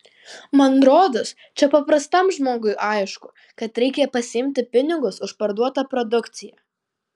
man rodos čia paprastam žmogui aišku kad reikia pasiimti pinigus už parduotą produkciją